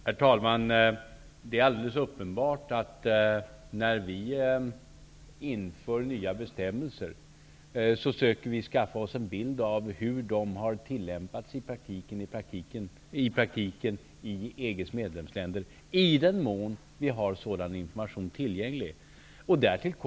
Herr talman! Det är alldeles uppenbart att vi, i den mån information finns tillgänglig för oss när vi inför nya bestämmelser, söker skaffa oss en bild av hur bestämmelserna i praktiken har tillämpats i EG:s medlemsländer.